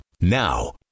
Now